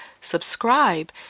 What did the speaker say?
subscribe